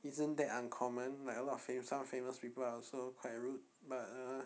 isn't that uncommon like a lot of fam~ some famous people are also quite rude but err